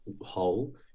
hole